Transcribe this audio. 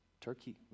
turkey